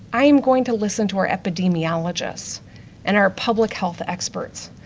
i'm going to listen to our epidemiologists and our public health experts.